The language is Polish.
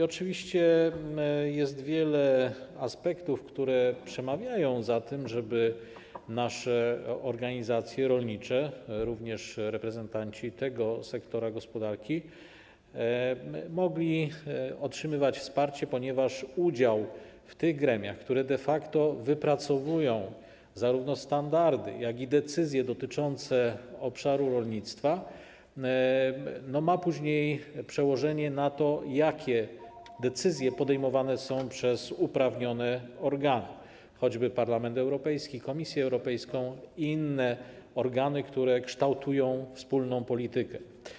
Oczywiście jest wiele aspektów, które przemawiają za tym, żeby nasze organizacje rolnicze - reprezentanci tego sektora gospodarki - mogły otrzymywać wsparcie, ponieważ udział w tych gremiach, które de facto wypracowują zarówno standardy, jak i decyzje dotyczące obszaru rolnictwa, ma później przełożenie na to, jakie decyzje podejmowane są przez uprawnione organy, choćby Parlament Europejski, Komisję Europejska i inne organy, które kształtują wspólną politykę.